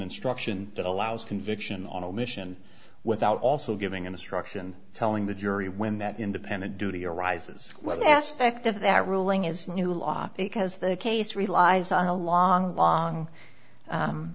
instruction that allows conviction on a mission without also giving an instruction telling the jury when that independent duty arises whether the aspect of that ruling is new law because the case relies on a long long